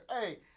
hey